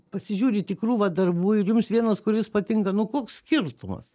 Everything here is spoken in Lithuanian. pasižiūrit į krūvą darbų ir jums vienas kuris patinka nu koks skirtumas